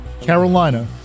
Carolina